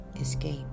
Escape